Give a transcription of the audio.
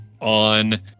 on